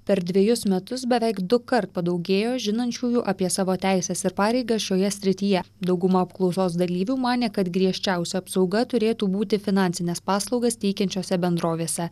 per dvejus metus beveik dukart padaugėjo žinančiųjų apie savo teises ir pareigas šioje srityje dauguma apklausos dalyvių manė kad griežčiausia apsauga turėtų būti finansines paslaugas teikiančiose bendrovėse